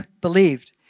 believed